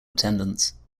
attendance